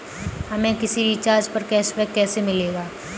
हमें किसी रिचार्ज पर कैशबैक कैसे मिलेगा?